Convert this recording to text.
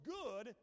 good